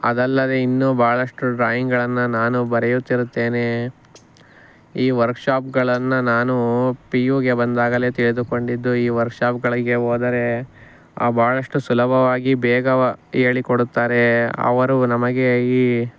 ಅದಲ್ಲದೆ ಇನ್ನೂ ಭಾಳಷ್ಟು ಡ್ರಾಯಿಂಗ್ಗಳನ್ನು ನಾನು ಬರೆಯುತ್ತಿರುತ್ತೇನೆ ಈ ವರ್ಕ್ಶಾಪ್ಗಳನ್ನು ನಾನು ಪಿ ಯುಗೆ ಬಂದಾಗಲೇ ತಿಳಿದುಕೊಂಡಿದ್ದು ಈ ವರ್ಕ್ಶಾಪ್ಗಳಿಗೆ ಹೋದರೆ ಭಾಳಷ್ಟು ಸುಲಭವಾಗಿ ಬೇಗನೆ ಹೇಳಿಕೊಡುತ್ತಾರೆ ಅವರು ನಮಗೆ ಈ